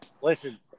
Listen